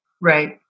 Right